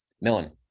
Millen